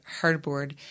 hardboard